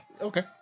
Okay